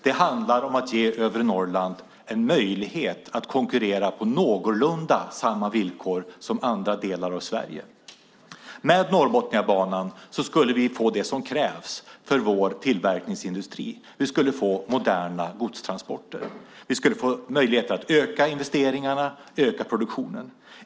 Det handlar om att ge övre Norrland en möjlighet att konkurrera på någorlunda lika villkor som andra delar av Sverige. Med Norrbotniabanan skulle vi få det som krävs för vår tillverkningsindustri, nämligen moderna godstransporter. Vi skulle få möjlighet att öka investeringarna och öka produktionen.